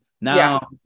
Now